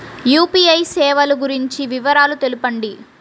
UPI సేవలు గురించి వివరాలు తెలుపండి?